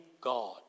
God